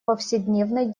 повседневной